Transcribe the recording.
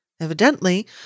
evidently